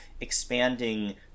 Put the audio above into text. expanding